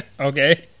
Okay